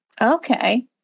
Okay